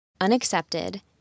unaccepted